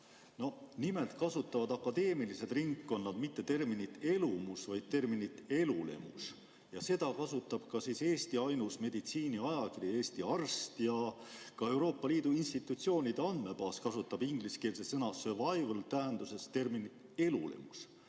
Nimelt kasutavad akadeemilised ringkonnad mitte terminit "elumus", vaid terminit "elulemus". Seda kasutab Eesti ainus meditsiiniajakiri Eesti Arst ja ka Euroopa Liidu institutsioonide andmebaas kasutab ingliskeelse sõnasurvivaltähenduses terminit "elulemus".Mina